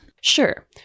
Sure